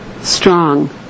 strong